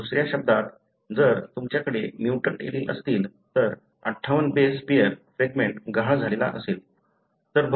दुसऱ्या शब्दांत जर तुमच्याकडे म्युटंट एलील असतील तर 58 बेस पेअर फ्रॅगमेंट गहाळ झालेला असेल